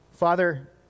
Father